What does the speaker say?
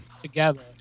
together